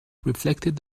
reflected